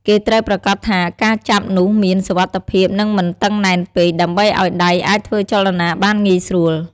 គេត្រូវប្រាកដថាការចាប់នោះមាន សុវត្ថិភាព និងមិនតឹងណែនពេក ដើម្បីឲ្យដៃអាចធ្វើចលនាបានងាយស្រួល។